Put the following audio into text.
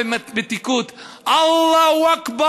הבה למעשה החסד.